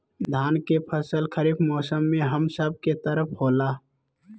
धान के फसल खरीफ मौसम में हम सब के तरफ होला